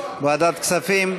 ועדת הכספים?